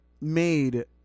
made